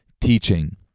teaching